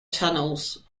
tunnels